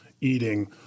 eating